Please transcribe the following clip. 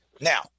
Now